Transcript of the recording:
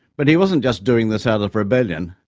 but he wasn't just doing this out of rebellion.